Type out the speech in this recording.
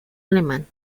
alemán